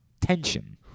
Tension